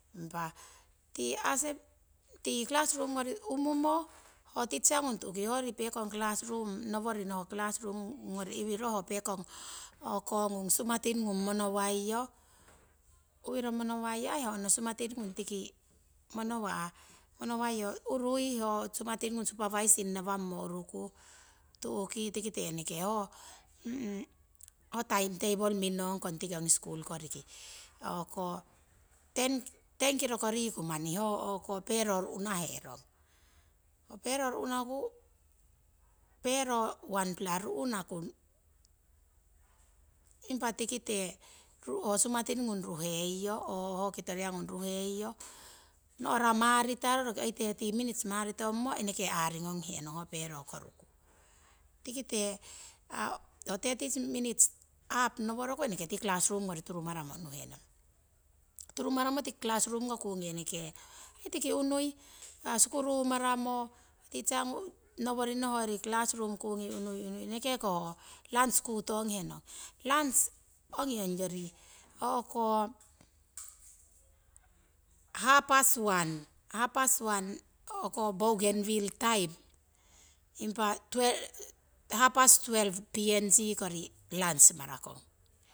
Impah tii classroom gori uhmumo ho teachgung tuki hoyori pekong classroom ngung noworino hopekong sumating gung monowaiyo ewiro aii ho sumatin gung aii. Tiki urui aii hosumatin gung supervisoing nawangmo uruku. Tu'ki hotime table mingnong kong tiki ogi skul koriti, ten kiroko niu manni ho pero ruhnahenong hopero ruhnaku onepla ruhnaku impah tikite sumating gung ruheiyo kitori yagung ruheiyo nonrah mantaro oi thirty minutes eneke angong he nons. Tikite hoo thirty minutes up noworoku. Tii classroom gori turumara mo uhnuhenon tiki classroom koo kugi unui sukurumaramo noworino hoyori classroom kugi eneke ko ho lunch kutonghenong. Lunch ongi ongyori hapas one bougainville time impih hapas twelve png kovi lunch mara kong.